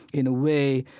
in a way,